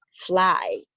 fly